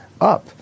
up